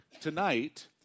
tonight